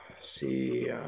see